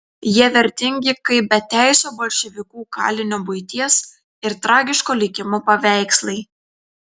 jie vertingi kaip beteisio bolševikų kalinio buities ir tragiško likimo paveikslai